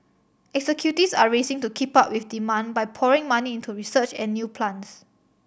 executives are racing to keep up with demand by pouring money into research and new plants